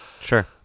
Sure